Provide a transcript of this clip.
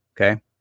Okay